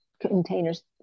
containers